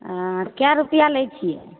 अऽ कै रुपैया लै छियै